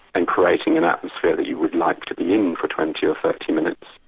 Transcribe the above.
and creating an atmosphere that you would like to be in for twenty or thirty minutes,